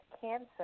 cancer